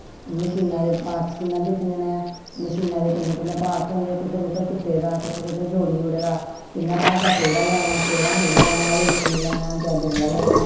मशीने दे पार्टस कियां दिक्खने ना मशिना दे किन्ने किन्ने पार्टस होंदे कत्थे कुत्थे टोटे दे दा कुत्थै कुत्थै जोड़ी ओड़े दा कियां धागा केहड़ा लेना केहड़ा नेईं लैना रेशमी लैना जां दूआ लैना